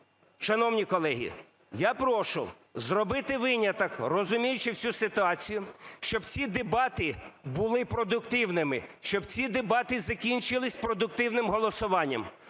Шановні колеги, я прошу зробити виняток, розуміючи всю ситуацію, щоб всі дебати були продуктивними, щоб ці дебати закінчилися продуктивним голосуванням.